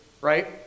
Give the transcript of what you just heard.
right